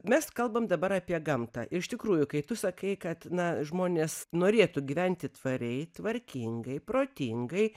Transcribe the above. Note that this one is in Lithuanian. mes kalbam dabar apie gamtą iš tikrųjų kai tu sakai kad na žmonės norėtų gyventi tvariai tvarkingai protingai